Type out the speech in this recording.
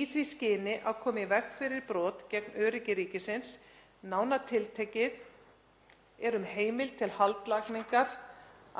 í því skyni að koma í veg fyrir brot gegn öryggi ríkisins. Nánar tiltekið er um heimild til haldlagningar